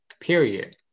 period